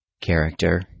character